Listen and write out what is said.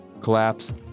collapse